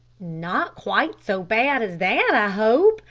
not quite so bad as that, i hope,